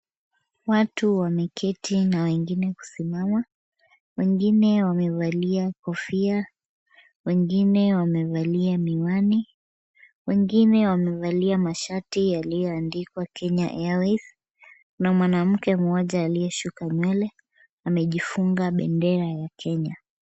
Watu wameketi na wengine kusimama. Wengine wamevalia kofia, wengine wamevalia miwani. Wengine wamevalia mashati yaliyoandika Kenya Airways. Kuna mwanamke mmoja aliyesuka nywele, amejifunga bendera ya Kenya.